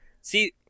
See